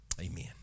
Amen